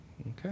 Okay